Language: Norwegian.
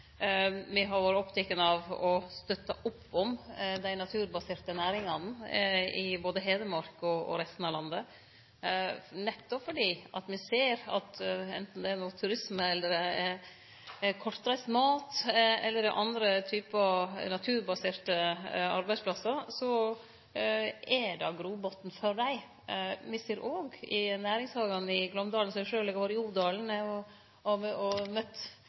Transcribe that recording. både Hedmark og resten av landet, nettopp fordi me ser at anten det gjeld arbeid innan turisme, kortreist mat eller andre naturbaserte arbeidsplassar, så er det grobotn for dei. Me ser det òg i næringshagane i Glåmdalen, og eg har sjølv vore i Odalen og møtt spenstige gründerar. Ein av dei sit i gründerrådet mitt, og